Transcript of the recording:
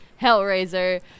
Hellraiser